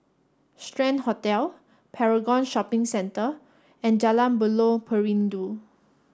Strand Hotel Paragon Shopping Centre and Jalan Buloh Perindu